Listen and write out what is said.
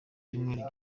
cyumweru